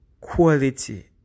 quality